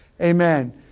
Amen